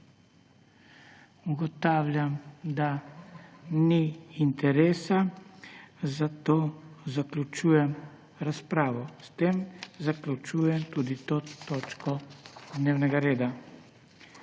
Ugotavljam, da ni interesa, zato zaključujem razpravo. S tem zaključujem tudi to točko dnevnega reda.